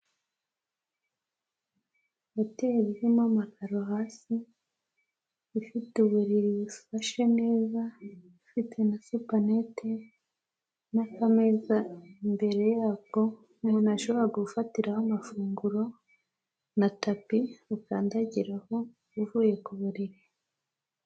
Hoteri irimo amakaro hasi, ifite uburiri bufashe neza, ifite na supanete n'akameza imbere yabwo, umuntu ashobora gufatiraho amafunguro na tapi ukandagiraho uvuye ku buriri.